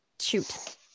shoot